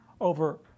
over